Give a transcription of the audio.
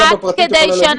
גם בפרטי את יכולה להגיד,